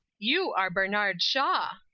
you are bernard shaw.